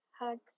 Hugs